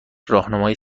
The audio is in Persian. راهنمای